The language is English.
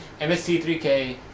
MST3K